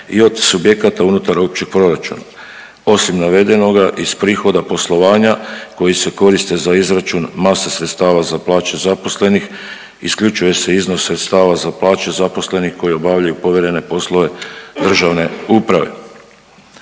i od subjekata unutar općeg proračuna. Osim navedenoga iz prihoda poslovanja koji se koriste za izračun mase sredstava za plaće zaposlenih isključuje se iznos sredstava za plaće zaposlenih koji obavljaju povjerene poslove državne uprave.